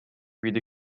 viidi